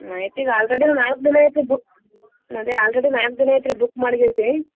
ಮಾಹಿತಿಗೆ ಆಲ್ರೆಡಿ ನಾಲ್ಕು ದಿನ ಆಯ್ತು ರೀ ಬುಕ್ ನೋಡ್ರಿ ಆಲ್ರೆಡಿ ನಾಲ್ಕು ದಿನ ಆಯ್ತು ರೀ ಬುಕ್ ಮಾಡಿಗೈತೇ